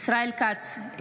ישראל כץ,